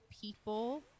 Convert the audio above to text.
people